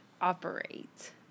operate